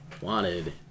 wanted